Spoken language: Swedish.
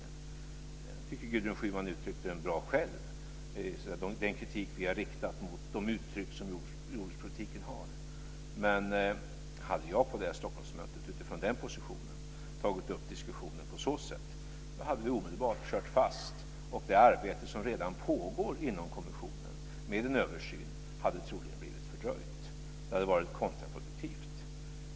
Jag tycker att Gudrun Schyman själv på ett bra sätt uttryckte den kritik som vi har riktat mot olika inslag i jordbrukspolitiken. Hade jag på Stockholmsmötet utifrån den positionen tagit up diskussionen på så sätt, hade vi dock omedelbart kört fast, och det arbete som redan pågår inom kommissionen med en översyn hade troligen blivit fördröjt. Det hade varit kontraproduktivt.